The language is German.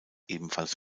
ebenfalls